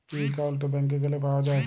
ই account ব্যাংকে গ্যালে পাউয়া যায়